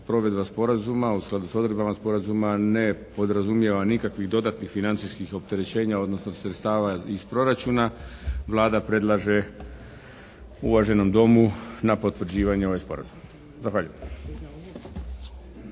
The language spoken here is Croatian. provedbe sporazuma u skladu sa odredbama sporazuma ne podrazumijeva nikakvi dodatnih financijskih opterećena, odnosno sredstava iz proračuna Vlada predlaže uvaženom Domu na potvrđivanje ovaj sporazum. Zahvaljujem.